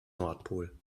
nordpol